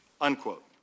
unquote